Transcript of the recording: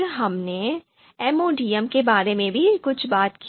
फिर हमने MODM के बारे में भी कुछ बात की